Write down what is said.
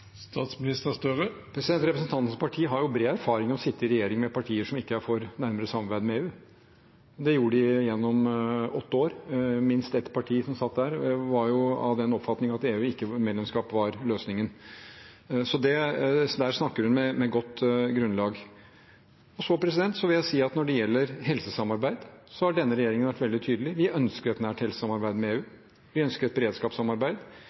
Representantens parti har bred erfaring med å sitte i regjering med partier som ikke er for nærmere samarbeid med EU. Det gjorde de gjennom åtte år. Minst ett parti som satt der, var av den oppfatning at EU-medlemskap ikke var løsningen, så der snakker hun med godt grunnlag. Jeg vil si at når det gjelder helsesamarbeid, har denne regjeringen vært veldig tydelig. Vi ønsker et nært helsesamarbeid med EU. Vi ønsker et beredskapssamarbeid.